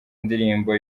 indirimbo